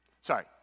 Sorry